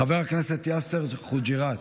חבר הכנסת יאסר חוג'יראת,